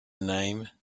name